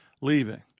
leaving